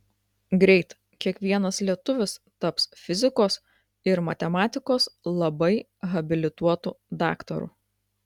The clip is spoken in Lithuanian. greit kiekvienas lietuvis taps fizikos ir matematikos labai habilituotu daktaru